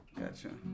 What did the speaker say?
Gotcha